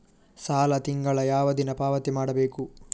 ಸಾಲ ತಿಂಗಳ ಯಾವ ದಿನ ಪಾವತಿ ಮಾಡಬೇಕು?